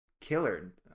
killer